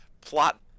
plot